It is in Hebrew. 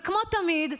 וכמו תמיד,